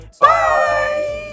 Bye